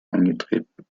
eingetreten